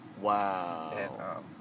wow